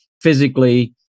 physically